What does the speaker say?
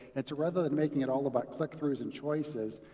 and so rather than making it all about click-throughs and choices,